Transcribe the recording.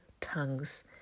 tongues